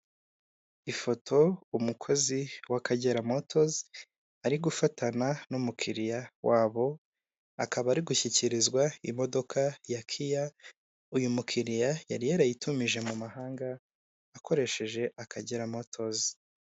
Ifoto umukozi w'Akagera motozi ari gufatana n'umukiriya wabo, akaba ari gushyikirizwa imodoka ya kiya, uyu mukiriya yari yarayitumije mu mahanga akoresheje Akagera motozi.